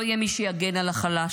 לא יהיה מי שיגן על החלש,